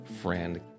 friend